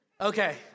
Okay